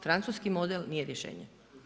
Francuski model nije rješenje.